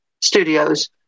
studios